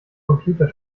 computer